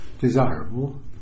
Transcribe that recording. desirable